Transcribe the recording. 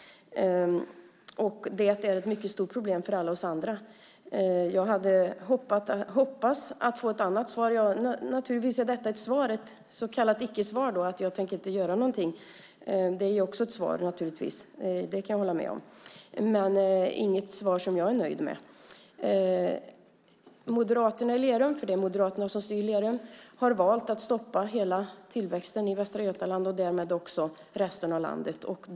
Det är ett mycket stort problem för alla oss andra. Jag hade hoppats att få ett annat svar. Naturligtvis är detta ett svar, ett så kallat icke-svar. Att man inte tänker göra någonting är naturligtvis också ett svar. Det kan jag hålla med om. Men det är inget svar som jag är nöjd med. Moderaterna i Lerum, för det är Moderaterna som styr Lerum, har valt att stoppa hela tillväxten i Västra Götaland och därmed i resten av landet.